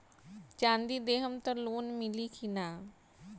चाँदी देहम त लोन मिली की ना?